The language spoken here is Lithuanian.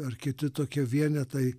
ar kiti tokie vienetai